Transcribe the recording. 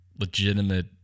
legitimate